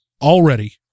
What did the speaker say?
already